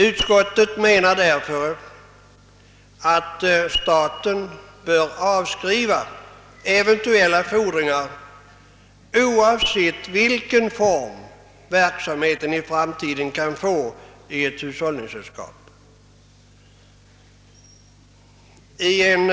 Utskottet menar därför att staten bör avskriva eventuella fordringar oavsett vilken form verksamheten i ett hushållningssällskap i framtiden kan få.